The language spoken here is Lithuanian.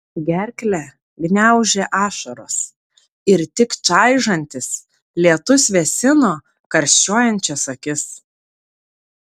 gerklę gniaužė ašaros ir tik čaižantis lietus vėsino karščiuojančias akis